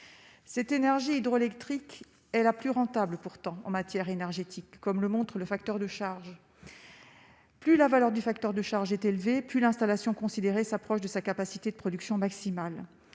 cette énergie hydroélectrique est la plus rentable, pourtant en matière énergétique, comme le montre le facteur de charge plus la valeur du facteur de charge est élevé, plus l'installation considérée s'approche de sa capacité de production maximale